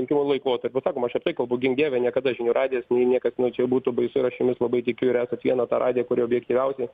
rinkimų laikotarpiu sakoma aš ir tai kalbu gink dieve niekada žinių radijas niekas nei čia būtų baisu ir aš jumis labai tikiu ir esat viena ta radija kuri objektyviausiai